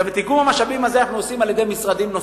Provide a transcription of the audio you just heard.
את איגום המשאבים הזה אנחנו עושים על-ידי משרדים נוספים,